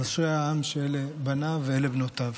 אז אשרי העם שאלה בניו ואלה בנותיו.